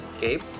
Gabe